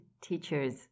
teachers